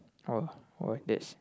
oh oh that's